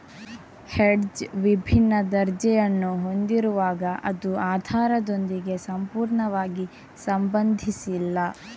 hedge ವಿಭಿನ್ನ ದರ್ಜೆಯನ್ನು ಹೊಂದಿರುವಾಗ ಅದು ಆಧಾರದೊಂದಿಗೆ ಸಂಪೂರ್ಣವಾಗಿ ಸಂಬಂಧಿಸಿಲ್ಲ